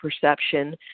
perception